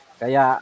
kaya